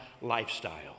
lifestyle